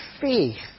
faith